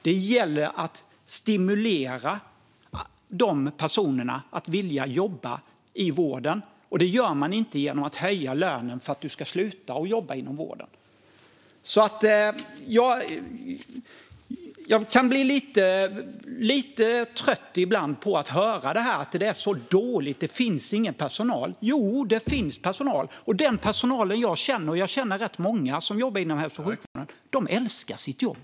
Det gäller att stimulera de personerna att vilja jobba i vården. Det gör man inte genom att höja lönen för att du ska sluta att jobba inom vården. Jag kan ibland bli lite trött på att höra att det är så dåligt och att det inte finns personal - jo, det finns personal. Jag känner rätt många som jobbar inom hälso och sjukvården, och de älskar sitt jobb.